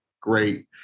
great